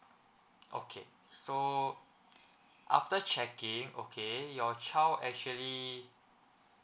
okay so after checking okay your child actually